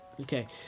Okay